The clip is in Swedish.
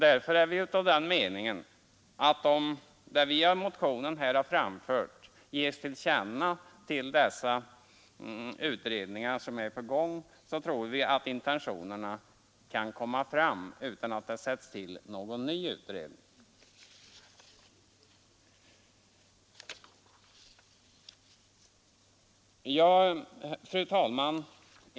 Därför anser vi att om det vi i motionen framfört ges till känna för de utredningar som är på gång, tror vi att våra intentioner kan komma fram utan att det tillsätts någon ny utredning. Fru talman!